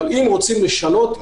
אבל אם רוצים לשנות בטרמינולוגיה,